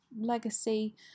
legacy